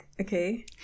Okay